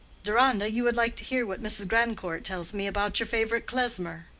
deronda, you will like to hear what mrs. grandcourt tells me about your favorite klesmer.